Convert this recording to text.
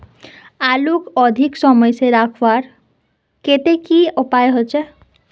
आलूक अधिक समय से रखवार केते की उपाय होचे?